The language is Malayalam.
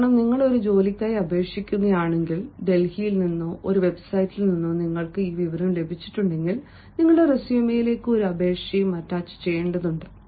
കാരണം നിങ്ങൾ ഒരു ജോലിക്കായി അപേക്ഷിക്കുകയാണെങ്കിൽ ഡെൽഹിയിൽ നിന്നോ ഒരു വെബ്സൈറ്റിൽ നിന്നോ നിങ്ങൾക്ക് ഈ വിവരം ലഭിച്ചിട്ടുണ്ടെങ്കിൽ നിങ്ങളുടെ റെസ്യുമെയെലേക്ക് ഒരു അപേക്ഷയും അറ്റാച്ചുചെയ്യേണ്ടതുണ്ട്